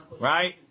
Right